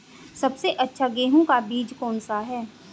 सबसे अच्छा गेहूँ का बीज कौन सा है?